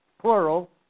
Plural